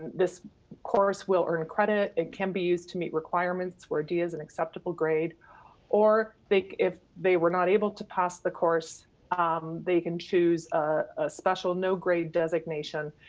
this course will earn credit. it can be used to meet requirements where d is an acceptable grade or if they were not able to pass the course they can choose a special no grade designation,